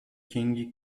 king